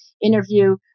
interview